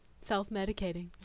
Self-medicating